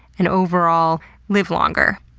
and overall live longer.